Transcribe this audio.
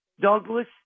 Douglas